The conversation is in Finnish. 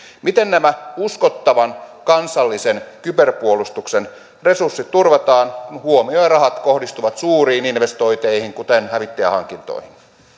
miten nämä uskottavan kansallisen kyberpuolustuksen resurssit turvataan huomio ja ja rahat kohdistuvat suuriin investointeihin kuten hävittäjähankintoihin